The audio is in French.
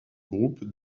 groupe